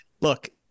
look